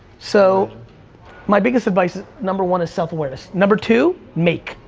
so my biggest advice is number one, self awareness. number two, make.